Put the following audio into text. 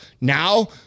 now